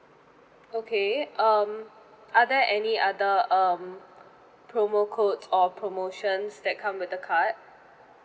okay um are there any other um promo code or promotions that come with the card